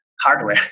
Hardware